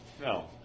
No